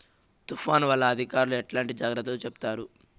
తుఫాను వల్ల అధికారులు ఎట్లాంటి జాగ్రత్తలు చెప్తారు?